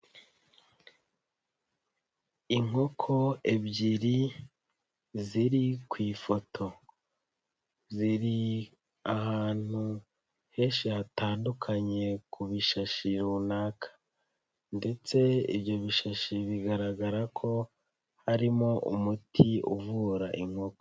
Inkoko ebyiri ziri ku ifoto, ziri ahantu henshi hatandukanye ku bishashi runaka ndetse ibyo bishashi bigaragara ko harimo umuti uvura inkoko.